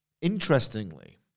Interestingly